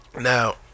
Now